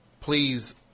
please